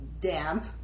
damp